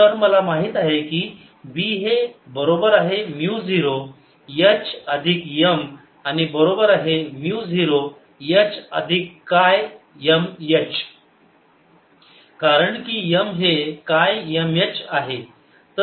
तर मला माहित आहे की B हे बरोबर आहे म्यु 0 H अधिक M आणि बरोबर आहे म्यु 0 H अधिक काय M H कारण की M हे काय M H आहे